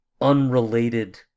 unrelated